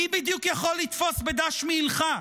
מי בדיוק יכול לתפוס בדש מעילך?